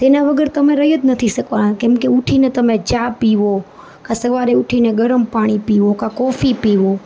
તેના વગર તમે રહી જ નથી શકવાના કેમકે ઊઠીને તમે ચા પીવો ક્યાં સવારે ઊઠીને ગરમપાણી પીવો ક્યાં કોફી પીવો